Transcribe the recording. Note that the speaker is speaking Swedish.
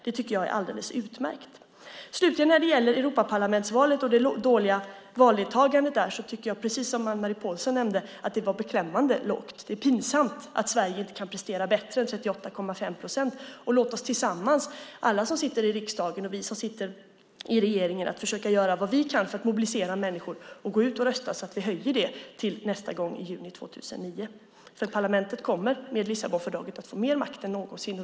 Det är alldeles utmärkt. Slutligen var det frågan om det låga valdeltagandet i Europaparlamentsvalet. Precis som Anne-Marie Pålsson nämnde var det beklämmande lågt. Det är pinsamt att Sverige inte kan prestera bättre än 38,5 procent. Låt oss alla i riksdagen och i regeringen försöka göra vad vi kan för att mobilisera människor att rösta så att valdeltagandet höjs till nästa val i juni 2009. Parlamentet kommer med Lissabonfördraget att få mer makt än någonsin.